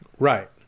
Right